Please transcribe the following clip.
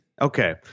Okay